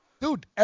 Dude